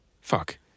Fuck